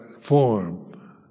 form